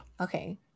Okay